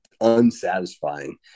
unsatisfying